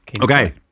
Okay